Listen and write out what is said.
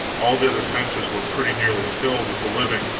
all the other fences were pretty nearly filled with the living,